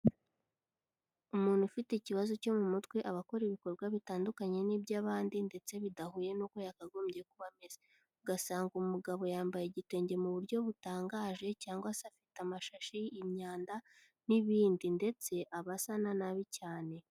Umuntu ufite ikibazo cyo mu mutwe aba akora ibikorwa bitandukanye n'iby'abandi ndetse bidahuye n'uko yakagombye kuba ameze, ugasanga umugabo yambaye igitenge mu buryo butangaje cyangwa se afite amashashi, imyanda n'ibindi ndetse aba asa na nabi cyane.